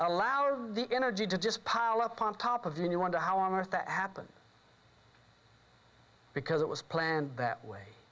allowed the energy to just pile up on top of the new wonder how on earth that happened because it was planned that way